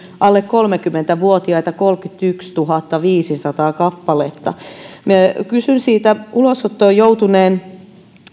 alle kolmekymmentä vuotiaita kolmekymmentätuhattaviisisataa kappaletta minä kysyn ulosottoon joutuneen